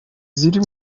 ziri